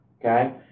Okay